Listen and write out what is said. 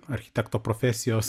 architekto profesijos